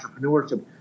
entrepreneurship